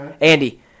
Andy